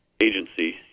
agency